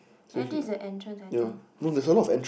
there this is the entrance I think